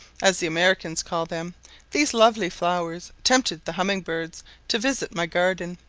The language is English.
as the americans call them these lovely flowers tempted the hummingbirds to visit my garden,